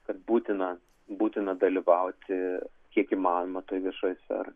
kad būtina būtina dalyvauti kiek įmanoma toj viešoj sferoj